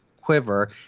quiver